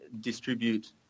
distribute